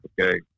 Okay